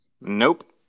Nope